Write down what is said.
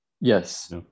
Yes